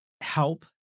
help